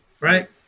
Right